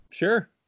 Sure